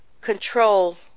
control